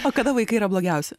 o kada vaikai yra blogiausi